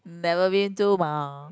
never been to mah